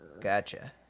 Gotcha